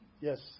Yes